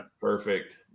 Perfect